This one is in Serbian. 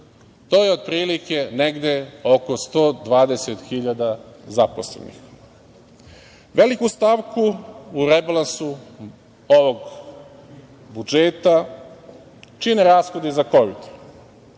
To je otprilike negde oko 120 hiljada zaposlenih. Veliku stavku u rebalansu ovog budžeta čine rashodi za Kovid